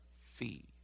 fee